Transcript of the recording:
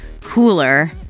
cooler